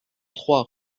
trois